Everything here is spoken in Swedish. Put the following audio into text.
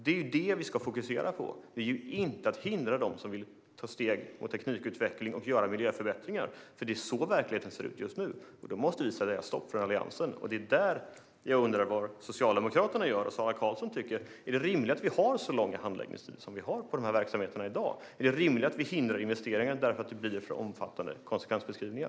Det är ju detta vi ska fokusera på, inte att hindra dem som vill ta steg mot teknikutveckling och göra miljöförbättringar. Det är så verkligheten ser ut just nu, och då måste vi säga stopp från Alliansen. Jag undrar vad Socialdemokraterna gör och vad Sara Karlsson tycker. Är det rimligt att vi har så långa handläggningstider som vi har för dessa verksamheter i dag? Är det rimligt att vi hindrar investeringar därför att det blir för omfattande konsekvensbeskrivningar?